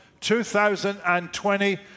2020